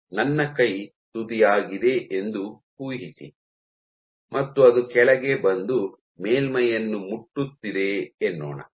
ನನ್ನ ಕೈ ತುದಿಯಾಗಿದೆ ಎಂದು ಊಹಿಸಿ ಮತ್ತು ಅದು ಕೆಳಗೆ ಬಂದು ಮೇಲ್ಮೈಯನ್ನು ಮುಟ್ಟುತ್ತಿದೆ ಎನ್ನೋಣ